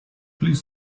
please